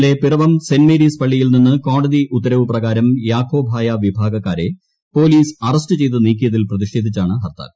ഇന്നലെ Piravom saint Mary's പള്ളിയിൽ നിന്ന് കോടതി ഉത്തരവ് പ്രകാരം യാക്കോബായ വിഭാഗക്കാരെ പ്പോലീസ് അറസ്റ്റ് ചെയ്ത് നീക്കിയതിൽ പ്രതിഷേധിച്ചാണ് ഹർത്താൽ